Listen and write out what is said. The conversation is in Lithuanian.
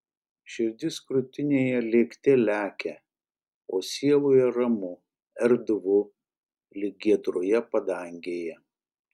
širdis krūtinėje lėkte lekia o sieloje ramu erdvu lyg giedroje padangėje